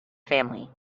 family